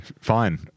Fine